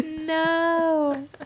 no